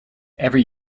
every